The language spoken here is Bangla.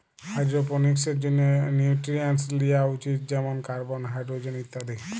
হাইড্রোপনিক্সের জন্যে নিউট্রিয়েন্টস লিয়া উচিত যেমন কার্বন, হাইড্রোজেন ইত্যাদি